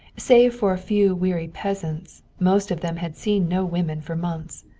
save for a few weary peasants, most of them had seen no women for months.